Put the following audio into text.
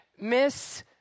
Miss